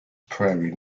prairie